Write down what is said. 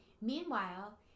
meanwhile